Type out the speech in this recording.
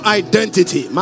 identity